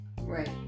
Right